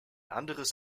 anderes